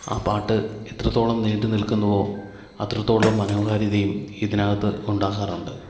ആ പാട്ട് എത്രത്തോളം നീണ്ടുനിൽക്കുന്നുവോ അത്രത്തോളം മനോഹാരിതയും ഇതിന് അകത്ത് ഉണ്ടാകാറുണ്ട്